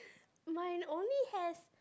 mine only has